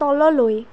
তললৈ